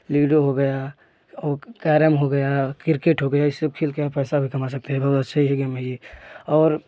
ludo हो गया और कैरम हो गया क्रिकेट हो गया यह सब खेल कर आप पैसा भी कमा सकते हैं बहुत अच्छा यही गेम है यह और